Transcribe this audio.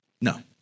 No